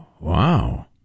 wow